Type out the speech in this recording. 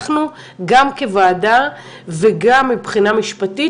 אנחנו גם כוועדה וגם מבחינה משפטית